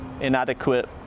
inadequate